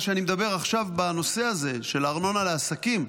מה שאני מדבר עכשיו בנושא הזה של הארנונה לעסקים,